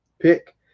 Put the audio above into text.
pick